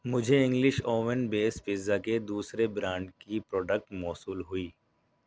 مجھے English oven base pizza کے دوسرے برانڈ کی پروڈکٹ موصول ہوئی